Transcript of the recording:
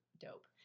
dope